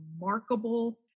remarkable